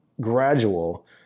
gradual